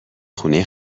خونه